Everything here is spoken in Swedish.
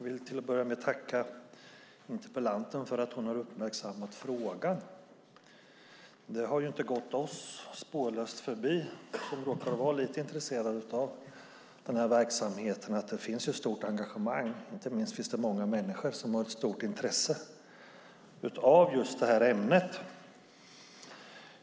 Fru talman! Jag tackar interpellanten för att hon har uppmärksammat frågan. Det har inte gått oss som råkar vara lite intresserade av verksamheten spårlöst förbi att det finns ett stort engagemang. Inte minst finns det många människor som har ett stort intresse för detta ämne.